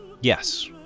Yes